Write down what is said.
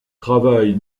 travaille